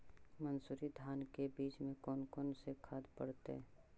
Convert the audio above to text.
मंसूरी धान के बीज में कौन कौन से खाद पड़तै?